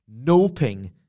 Noping